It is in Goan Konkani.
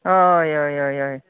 हय हय हय हय